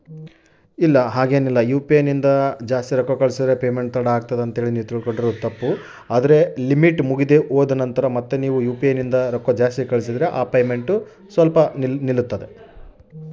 UPI ನಿಂದ ರೊಕ್ಕ ಜಾಸ್ತಿ ಕಳಿಸಿದರೆ ಪೇಮೆಂಟ್ ತಡ ಆಗುತ್ತದೆ ಎನ್ರಿ?